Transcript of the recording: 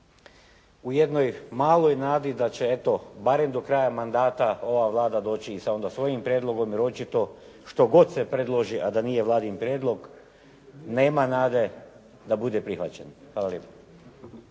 u jednoj maloj nadi da će eto barem do kraja mandata ova Vlada doći onda i sa svojim prijedlogom. Jer očito što god se predloži a da nije vladin prijedlog nema nade da bude prihvaćen. Hvala lijepo.